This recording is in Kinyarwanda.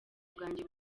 bwanjye